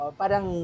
parang